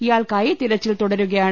ഇയാൾക്കായി തിര ച്ചിൽ തുടരുകയാണ്